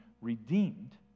redeemed